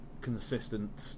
consistent